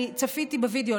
אני צפיתי בווידיאו,